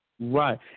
Right